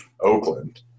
Oakland